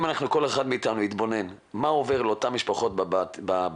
אם כל אחד מאתנו יתבונן מה עובר על אותן משפחות בבית,